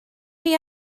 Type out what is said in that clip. chi